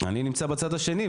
אני נמצא בצד השני,